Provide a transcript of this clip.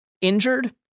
injured